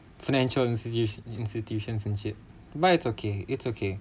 financial institutions institutions and shit but it's okay it's okay